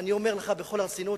אני אומר לך בכל הרצינות,